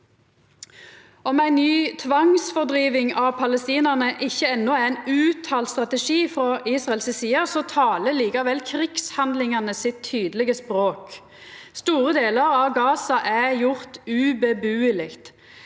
Om ei ny tvangsfordriving av palestinarane ikkje enno er ein uttalt strategi frå Israels side, taler likevel krigshandlingane sitt tydelege språk. Store delar av Gaza er gjort ubuelege.